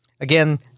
Again